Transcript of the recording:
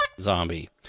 zombie